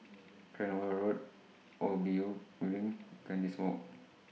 Cranwell Road O B U Building Kandis Walk